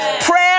Prayer